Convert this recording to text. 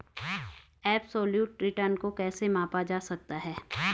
Absolute return को कैसे मापा जा सकता है?